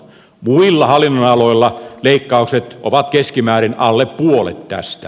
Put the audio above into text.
muilla hallinnonaloilla leikkaukset ovat keskimäärin alle puolet tästä